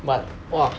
but !wah!